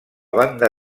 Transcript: banda